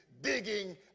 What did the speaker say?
digging